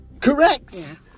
Correct